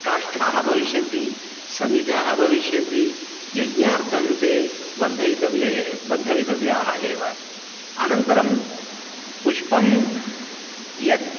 काष्ठाः भविष्यन्ति समिधाः भविष्यन्ति यज्ञार्थं ते वर्धयितव्य वर्धयितव्याः एव अनन्तरं पुष्पं यत्